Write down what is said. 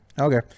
Okay